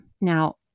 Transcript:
Now